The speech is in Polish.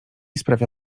sprawia